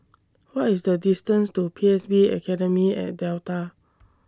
What IS The distance to P S B Academy At Delta